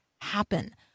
happen